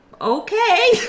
Okay